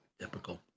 Typical